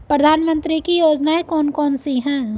प्रधानमंत्री की योजनाएं कौन कौन सी हैं?